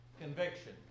Conviction